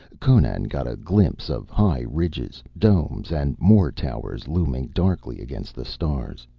conan got a glimpse of high ridges, domes and more towers, looming darkly against the stars.